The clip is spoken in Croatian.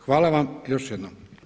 Hvala vam još jednom.